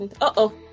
Uh-oh